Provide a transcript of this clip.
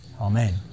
Amen